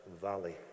valley